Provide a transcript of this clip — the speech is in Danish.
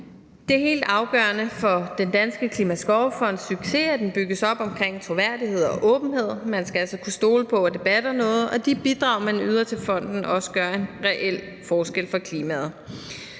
Det er helt afgørende for Den Danske Klimaskovfonds succes, at den bygges op omkring troværdighed og åbenhed. Man skal altså kunne stole på, at det batter noget, og at de bidrag, man yder til fonden, også gør en reel forskel for klimaet.